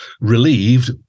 relieved